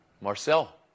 Marcel